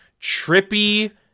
trippy